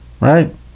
right